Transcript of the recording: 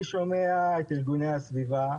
אני שומע את ארגוני הסביבה,